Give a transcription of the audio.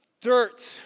Dirt